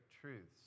truths